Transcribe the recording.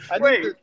Wait